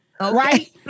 right